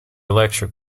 electric